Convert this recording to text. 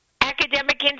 academic